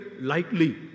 lightly